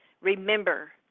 Remember